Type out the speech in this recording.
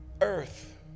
earth